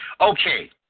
Okay